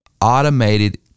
automated